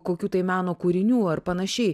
kokių tai meno kūrinių ar panašiai